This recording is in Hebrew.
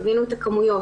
תבינו את הכמויות.